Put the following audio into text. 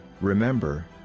Remember